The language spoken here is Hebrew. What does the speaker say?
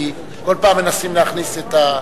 כי כל פעם מנסים להכניס את,